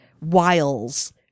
wiles